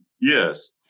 yes